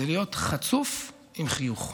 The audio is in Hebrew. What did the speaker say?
זה להיות חצוף עם חיוך,